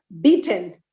beaten